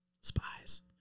Spies